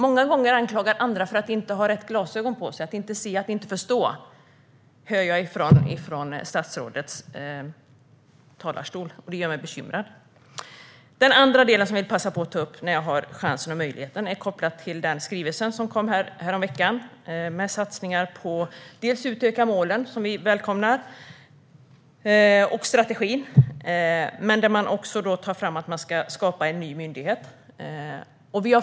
Många gånger anklagar man andra för att inte ha rätt glasögon på sig, att man inte ser och inte förstår, och det hör jag också från statsrådet. Det gör mig bekymrad. En annan sak som jag vill ta upp när jag har chans och möjlighet är kopplad till den skrivelse som kom häromveckan med satsningar dels på en utökning av målen, vilket vi välkomnar, dels på strategin. Men man ska också skapa en ny myndighet.